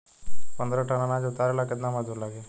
पन्द्रह टन अनाज उतारे ला केतना मजदूर लागी?